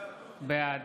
בעד